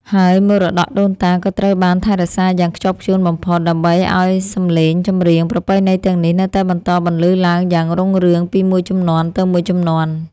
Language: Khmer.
ហើយមរតកដូនតាក៏ត្រូវបានថែរក្សាយ៉ាងខ្ជាប់ខ្ជួនបំផុត ដើម្បីឱ្យសម្លេងចម្រៀងប្រពៃណីទាំងនេះនៅតែបន្តបន្លឺឡើងយ៉ាងរុងរឿងពីមួយជំនាន់ទៅមួយជំនាន់។